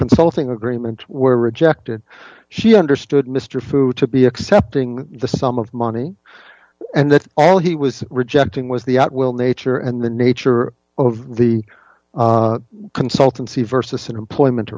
consulting agreement were rejected she understood mr food to be accepting the sum of money and that all he was rejecting was the at will nature and the nature of the consultancy versus an employment